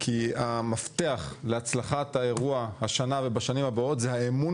כי המפתח להצלחת האירוע השנה ובשנים הבאות זה האמון